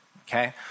okay